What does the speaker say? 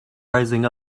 rising